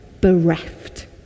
bereft